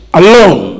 alone